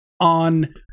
on